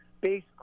based